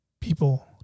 people